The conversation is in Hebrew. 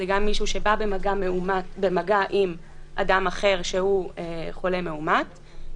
גם מישהו שבא במגע עם חולה מאומת,